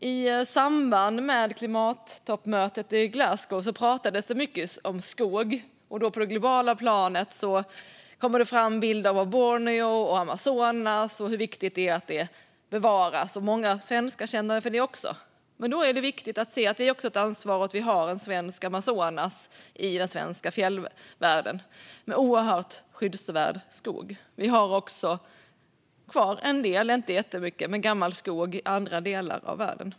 I samband med klimattoppmötet i Glasgow pratades det mycket om skog. På det globala planet kommer bilder av hur viktigt det är att bevara skogarna på Borneo och i Amazonas fram. Många svenskar känner för dem också. Men då är det viktigt att se att vi har ett ansvar för ett svenskt Amazonas i den svenska fjällvärlden med oerhört skyddsvärd skog. Det finns också kvar en del - inte jättemycket - gammal skog i andra delar av världen.